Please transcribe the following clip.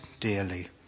dearly